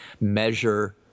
measure